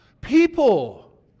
People